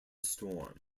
storm